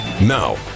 Now